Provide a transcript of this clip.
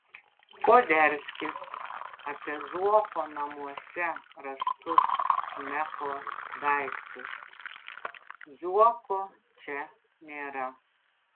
poderskis apie zuoko namuose rastus meko daiktus juoko čia nėra